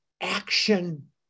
action